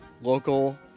local